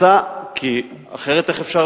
כי אחרת איך אפשר